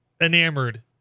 enamored